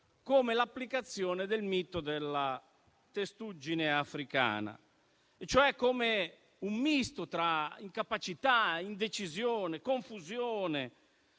come l'applicazione del mito della testuggine africana e cioè come un misto tra incapacità, indecisione e confusione